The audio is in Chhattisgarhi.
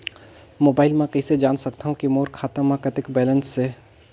मोबाइल म कइसे जान सकथव कि मोर खाता म कतेक बैलेंस से?